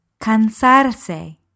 Cansarse